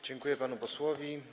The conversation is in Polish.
Dziękuję panu posłowi.